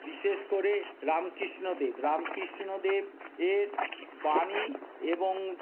বিশেষ করে রামকৃষ্ণ দেব রামকৃষ্ণ দেবের বাণী এবং